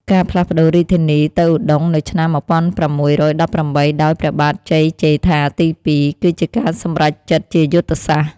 ការផ្លាស់ប្តូររាជធានីទៅឧដុង្គនៅឆ្នាំ ១៦១៨ ដោយ ព្រះបាទជ័យជេដ្ឋាទី ២ គឺជាការសម្រេចចិត្តជាយុទ្ធសាស្ត្រ។